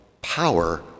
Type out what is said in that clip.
power